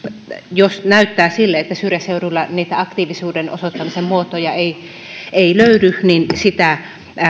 jos näyttää sille että syrjäseuduilla niitä aktiivisuuden osoittamisen muotoja ei ei löydy niin sitä